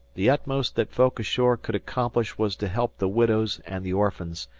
the utmost that folk ashore could accomplish was to help the widows and the orphans,